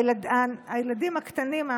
הילדים הקטנים,